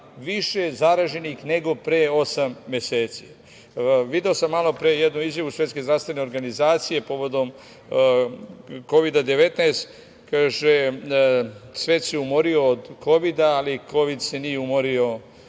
više zaraženih nego pre osam meseci. Video sam malo pre jednu izjavu Svetske zdravstvene organizacije povodom Kovida 19. Kaže – svet se umorio od kovida, ali kovid se nije umorio